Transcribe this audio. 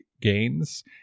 gains